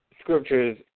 scriptures